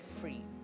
free